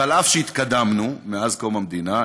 ואף שהתקדמנו מאז קום המדינה,